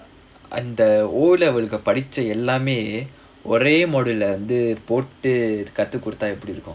and the O level படிச்ச எல்லாமே ஒரே:padicha ellaamae orae module வந்து போட்டு கத்துக்கொடுத்தா எப்படி இருக்கும்:vanthu pottu kathukkoduthaa eppadi irukkum